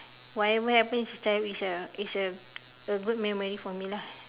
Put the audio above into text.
whatever happen in childhood is a is a good memory for me lah